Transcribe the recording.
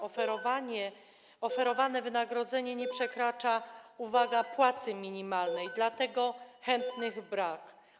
Oferowane wynagrodzenie nie przekracza - uwaga - płacy minimalnej, dlatego chętnych brak.